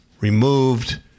removed